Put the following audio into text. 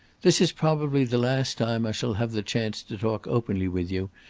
this is probably the last time i shall have the chance to talk openly with you,